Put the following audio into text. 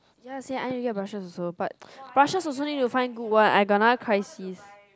ya see I need to get brushers also but brushers also need to find good one I got another crisis